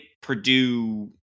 Purdue